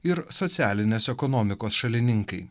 ir socialinės ekonomikos šalininkai